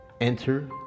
Enter